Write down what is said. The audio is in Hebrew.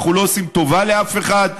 אנחנו לא עושים טובה לאף אחד,